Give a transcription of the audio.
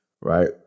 Right